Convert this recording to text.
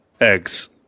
eggs